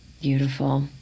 Beautiful